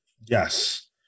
Yes